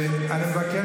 אין נשים ראויות?